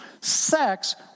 Sex